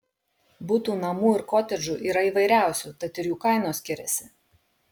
butų namų ir kotedžų yra įvairiausių tad ir jų kainos skiriasi